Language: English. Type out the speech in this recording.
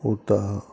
butts